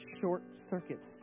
short-circuits